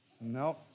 No